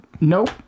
Nope